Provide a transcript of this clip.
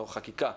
או חקיקה,